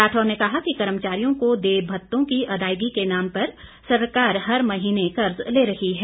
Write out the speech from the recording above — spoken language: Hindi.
राठौर ने कहा कि कर्मचारियों को देय भत्तों की अदायगी के नाम पर सरकार हर महीने कर्ज़ ले रही है